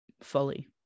fully